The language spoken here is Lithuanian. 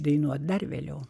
dainuoti dar vėliau